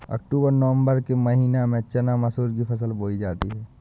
अक्टूबर नवम्बर के महीना में चना मसूर की फसल बोई जाती है?